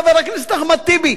חבר הכנסת אחמד טיבי?